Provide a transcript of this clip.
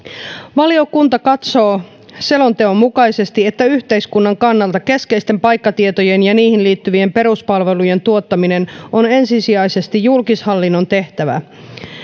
valiokunta katsoo selonteon mukaisesti että yhteiskunnan kannalta keskeisten paikkatietojen ja niihin liittyvien peruspalvelujen tuottaminen on ensisijaisesti julkishallinnon tehtävä